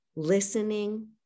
listening